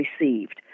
received